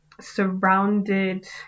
surrounded